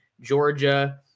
Georgia